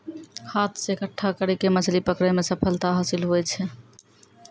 हाथ से इकट्ठा करी के मछली पकड़ै मे सफलता हासिल हुवै छै